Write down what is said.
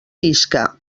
isca